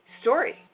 story